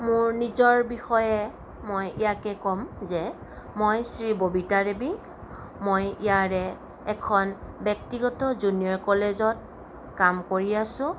মোৰ নিজৰ বিষয়ে মই ইয়াকে কম যে মই শ্ৰী ববিতা দেৱী মই ইয়াৰে এখন ব্যক্তিগত জুনিয়ৰ কলেজত কাম কৰি আছোঁ